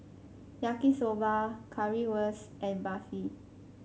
Yaki Soba Currywurst and Barfi